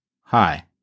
hi